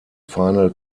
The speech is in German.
final